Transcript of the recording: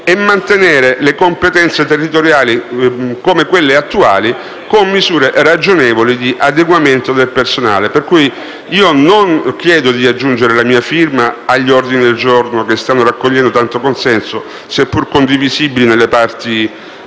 e mantenere le competenze territoriali come sono attualmente, prevedendo misure ragionevoli di adeguamento del personale. Non chiedo, pertanto, di aggiungere la mia firma agli ordini del giorno che stanno raccogliendo tanto consenso, seppur condivisibili per alcune parti,